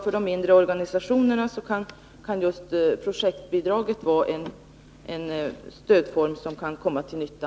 För de mindre organisationerna tror jag att just projektbidraget kan vara en stödform som kan komma till nytta.